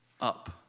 up